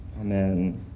amen